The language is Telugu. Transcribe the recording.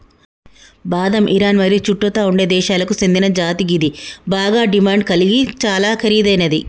బాదం ఇరాన్ మరియు చుట్టుతా ఉండే దేశాలకు సేందిన జాతి గిది బాగ డిమాండ్ గలిగి చాలా ఖరీదైనది